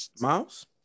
Miles